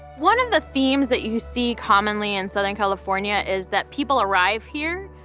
one of the themes that you see commonly in southern california is that people arrive here,